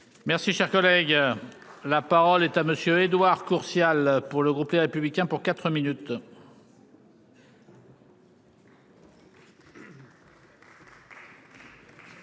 Merci cher collègue. La parole est à monsieur Édouard Courtial. Pour le groupe Les Républicains pour 4 minutes.